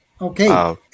Okay